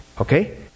Okay